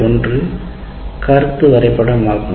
ஒன்று கருத்து வரைபடம் ஆகும்